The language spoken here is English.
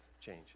change